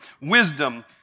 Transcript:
wisdom